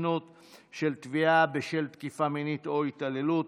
ההתיישנות של תביעה בשל תקיפה מינית או התעללות),